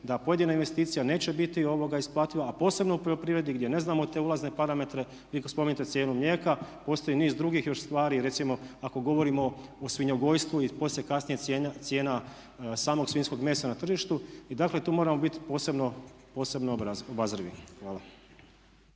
da pojedina investicija neće biti isplativa, a posebno u poljoprivredi gdje ne znamo te ulazne parametre. Vi spominjete cijenu mlijeka, postoji niz drugih još stvari. Recimo ako govorimo o svinjogojstvu i poslije kasnije cijena samog svinjskog mesa na tržištu i dakle, tu moramo biti posebno obazrivi. Hvala.